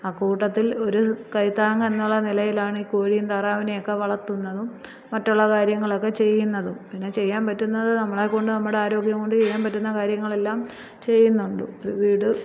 അക്കൂട്ടത്തില് ഒരു കൈത്താങ്ങെന്നുള്ള നിലയിലാണ് ഈ കോഴിയും താറാവിനേയൊക്കെ വളർത്തുന്നതും മറ്റുള്ള കാര്യങ്ങളൊക്കെ ചെയ്യുന്നതും പിന്നെ ചെയ്യാന് പറ്റുന്നത് നമ്മളെക്കൊണ്ട് നമ്മുടെ ആരോഗ്യം കൊണ്ട് ചെയ്യാൻ പറ്റുന്ന കാര്യങ്ങളെല്ലാം ചെയ്യുന്നുണ്ട് ഇപ്പം വീട്